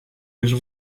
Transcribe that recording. już